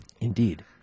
indeed